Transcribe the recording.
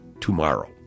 tomorrow